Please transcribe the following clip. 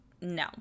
no